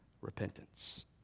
repentance